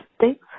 thanks